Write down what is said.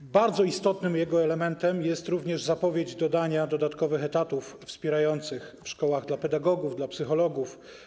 Jego bardzo istotnym elementem jest również zapowiedź stworzenia dodatkowych etatów wspierających w szkołach dla pedagogów, dla psychologów.